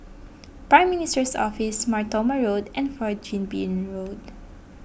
Prime Minister's Office Mar Thoma Road and Fourth Chin Bee Road